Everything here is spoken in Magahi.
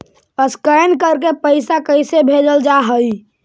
स्कैन करके पैसा कैसे भेजल जा हइ?